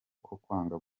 kwanga